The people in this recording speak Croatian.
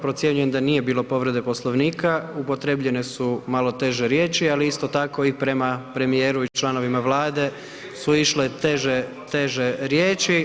Procjenjujem da nije bilo povrede Poslovnika, upotrijebljene su malo teže riječi ali isto tako i prema premijeru i članovima Vlade su išle teže riječi.